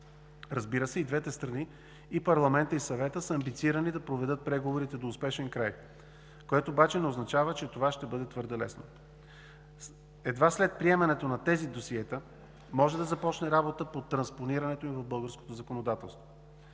Разбира се, и двете страни – Парламентът и Съветът, са амбицирани да доведат преговорите до успешен край, което обаче не означава, че това ще бъде твърде лесно. Едва след приемането на тези досиета може да започне работата по транспонирането им в българското законодателство,